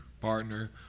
partner